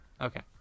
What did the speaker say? Okay